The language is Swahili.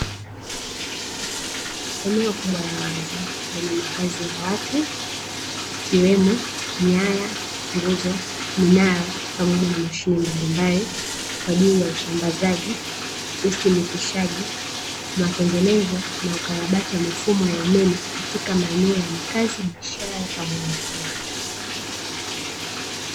Eneo kubwa la wazi lenye makazi ya watu, ikiwemo nyaya, nguzo, minara pamoja na mashine mbalimbali kwa ajili ya usambazaji, usimikishaji, matengenezo, na ukarabati wa mifumo ya umeme katika maeneo ya makazi, biashara pamoja na viwanda.